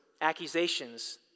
accusations